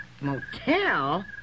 Motel